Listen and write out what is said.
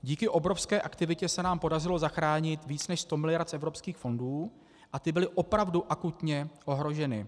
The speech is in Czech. Díky obrovské aktivitě se nám podařilo zachránit více než 100 mld. z evropských fondů, a ty byly opravdu akutně ohroženy.